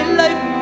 life